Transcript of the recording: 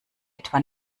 etwa